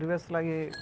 ପରିବେଶ୍ ଲାଗି